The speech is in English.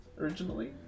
originally